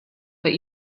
but